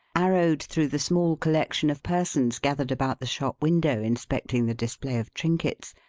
arrowed through the small collection of persons gathered about the shop window inspecting the display of trinkets,